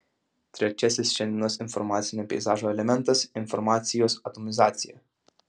trečiasis šiandienos informacinio peizažo elementas informacijos atomizacija